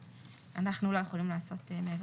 אנחנו לא יכולים לעשות מעבר לזה.